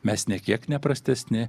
mes nė kiek neprastesni